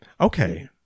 Okay